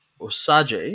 Osage